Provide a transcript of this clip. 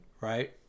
right